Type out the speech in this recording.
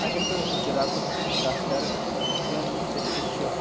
اگر بہٕ زرعتُک کتھ کرٕ شُپین ڈِسٹرکٹ چھُ